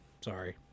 Sorry